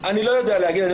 אני לא יודע להגיד.